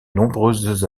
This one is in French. nombreuses